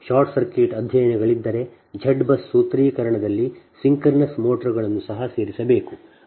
short circuit ಅಧ್ಯಯನಗಳಿದ್ದರೆ Z BUS ಸೂತ್ರೀಕರಣದಲ್ಲಿ synchronous ಮೋಟರ್ಗಳನ್ನು ಸಹ ಸೇರಿಸಬೇಕು